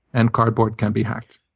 and cardboard can be hacked.